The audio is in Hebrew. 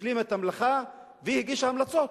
השלימה את המלאכה והגישה המלצות,